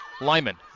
Lyman